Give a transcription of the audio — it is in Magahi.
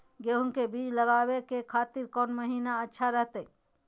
गेहूं के बीज लगावे के खातिर कौन महीना अच्छा रहतय?